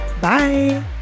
Bye